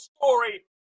story